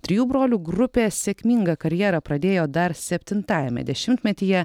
trijų brolių grupė sėkmingą karjerą pradėjo dar septintajame dešimtmetyje